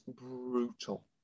brutal